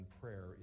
prayer